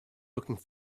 looking